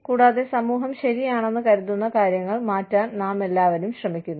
കൂടാതെ സമൂഹം ശരിയാണെന്ന് കരുതുന്ന കാര്യങ്ങൾ മാറ്റാൻ നാമെല്ലാവരും ശ്രമിക്കുന്നു